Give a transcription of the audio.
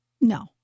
no